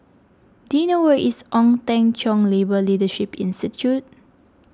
do you know where is Ong Teng Cheong Labour Leadership Institute